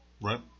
Right